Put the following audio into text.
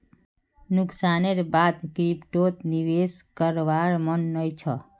नुकसानेर बा द क्रिप्टोत निवेश करवार मन नइ छ